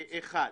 אותם.